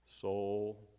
soul